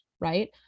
right